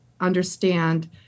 Understand